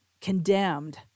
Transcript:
condemned